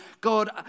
God